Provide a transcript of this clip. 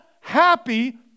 happy